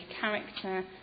character